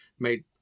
made